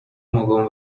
mogą